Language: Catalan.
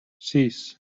sis